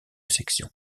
section